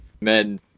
men